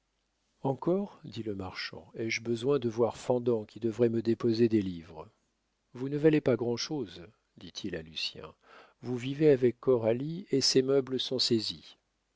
encore dit le marchand ai-je besoin de voir fendant qui devrait me déposer des livres vous ne valez pas grand'chose dit-il à lucien vous vivez avec coralie et ses meubles sont saisis